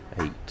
eight